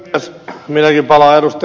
minäkin palaan ed